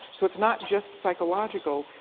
so it's not just psychological.